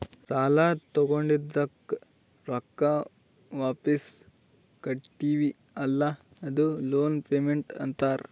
ಸಾಲಾ ತೊಂಡಿದ್ದುಕ್ ರೊಕ್ಕಾ ವಾಪಿಸ್ ಕಟ್ಟತಿವಿ ಅಲ್ಲಾ ಅದೂ ಲೋನ್ ಪೇಮೆಂಟ್ ಅಂತಾರ್